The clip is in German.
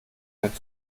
mit